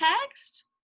text